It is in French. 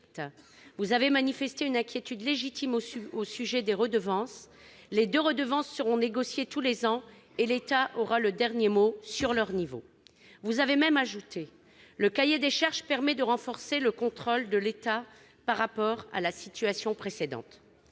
Vous avez manifesté une inquiétude légitime au sujet des redevances. Les deux redevances seront négociées tous les ans et l'État aura le dernier mot sur leur niveau. » Vous avez même ajouté :« Le cahier des charges permet de renforcer le contrôle de l'État par rapport à la situation précédente